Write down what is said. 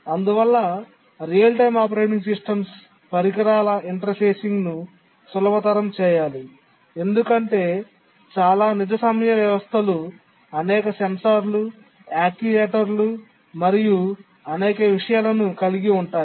అందువల్ల real time operating systems పరికరాల ఇంటర్ఫేసింగ్ను సులభతరం చేయాలి ఎందుకంటే చాలా నిజ సమయ వ్యవస్థలు అనేక సెన్సార్లు యాక్యుయేటర్లు మరియు అనేక విషయాలను కలిగి ఉంటాయి